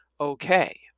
Okay